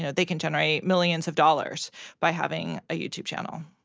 so they can generate millions of dollars by having a youtube channel.